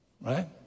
Right